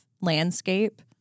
landscape